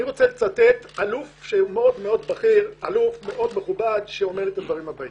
אני רוצה לצטט אלוף בכיר ומכובד שאומר את הדברים הבאים: